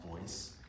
voice